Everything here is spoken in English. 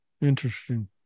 Interesting